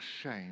shame